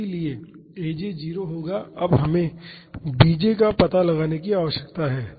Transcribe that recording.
इसलिए aj 0 होगा अब हमें bj पद का पता लगाने की आवश्यकता है